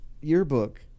yearbook